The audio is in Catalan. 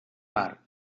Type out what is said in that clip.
mar